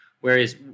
Whereas